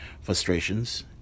frustrations